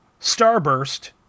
Starburst